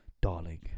Darling